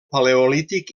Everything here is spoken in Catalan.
paleolític